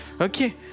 okay